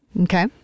Okay